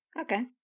Okay